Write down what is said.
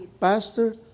Pastor